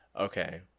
okay